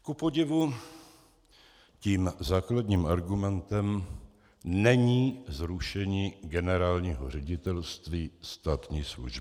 Kupodivu tím základním argumentem není zrušení Generálního ředitelství státní služby.